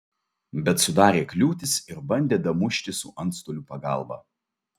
bet sudarė kliūtis ir bandė damušti su antstolių pagalba